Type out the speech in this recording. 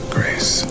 Grace